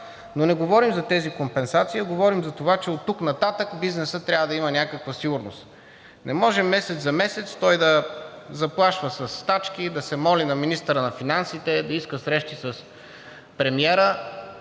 Но не говорим за тези компенсации, а говорим за това, че оттук нататък бизнесът трябва да има някаква сигурност. Не може месец за месец той да заплашва със стачки, да се моли на министъра на финансите, да иска срещи с премиера